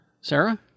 Sarah